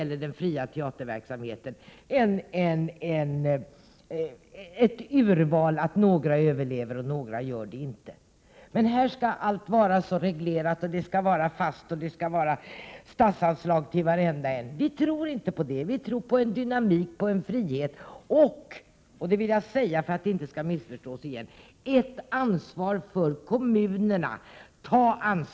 I den fria teaterverksamheten behöver vi faktiskt också ett urval — att några teatrar överlever och att några inte gör det. Men här skall allt vara så reglerat, och det skall vara statsbidrag till varenda teater. Vi moderater tror inte på det, utan vi tror på en dynamik och en frihet. Vi tror också — det vill jag säga för att det inte skall bli något missförstånd — på ett ansvar för kommunerna.